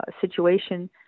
situation